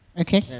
Okay